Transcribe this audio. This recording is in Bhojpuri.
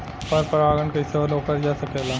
पर परागन कइसे रोकल जा सकेला?